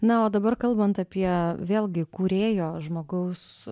na o dabar kalbant apie vėlgi kūrėjo žmogaus